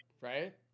right